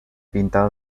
pintada